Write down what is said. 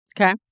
okay